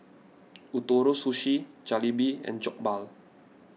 Ootoro Sushi Jalebi and Jokbal